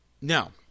Now